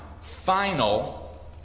final